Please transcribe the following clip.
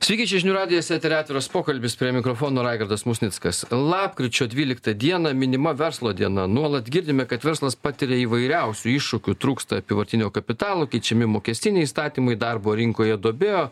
sveiki čia žinių radijas etery atviras pokalbis prie mikrofono raigardas musnickas lapkričio dvyliktą dieną minima verslo diena nuolat girdime kad verslas patiria įvairiausių iššūkių trūksta apyvartinio kapitalo keičiami mokestiniai įstatymai darbo rinkoje duobė